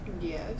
Yes